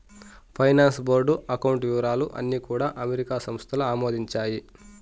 finance board account వివరాలు అన్నీ కూడా అమెరికా సంస్థలు ఆమోదించాయి